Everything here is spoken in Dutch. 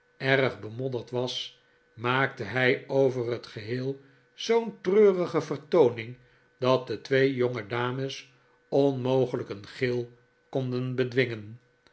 erg bemodderd was maakte hij over het geheel zoo'n treurige vertooning dat de twee jongedames onmogelijk een gil konden bedwingen